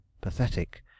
pathetic